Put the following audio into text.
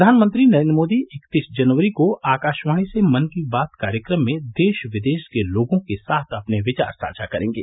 प्रधानमंत्री नरेंद्र मोदी इकतीस जनवरी को आकाशवाणी से मन की बात कार्यक्रम में देश विदेश के लोगों के साथ अपने विचार साझा करेंगे